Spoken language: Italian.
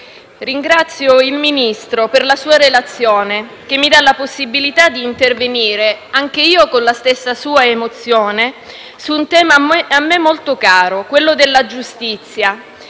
ringrazio il Ministro per la sua relazione che mi dà la possibilità di intervenire, con la sua stessa emozione, su un tema a me molto caro, quello della giustizia,